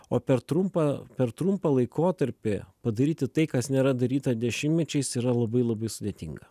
o per trumpą per trumpą laikotarpį padaryti tai kas nėra daryta dešimtmečiais yra labai labai sudėtinga